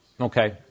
Okay